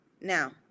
Now